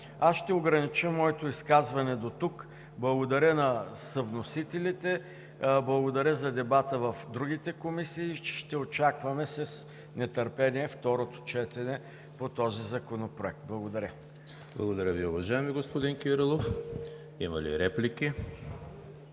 Аз ще огранича моето изказване дотук. Благодаря на съвносителите, благодаря и за дебата в другите комисии, ще очакваме с нетърпение второто четене по този законопроект. Благодаря. ПРЕДСЕДАТЕЛ ЕМИЛ ХРИСТОВ: Благодаря Ви, уважаеми господин Кирилов. Има ли реплики?